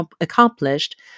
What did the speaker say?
accomplished